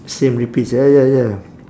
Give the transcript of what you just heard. same repeats ya ya ya